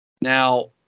now